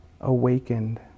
awakened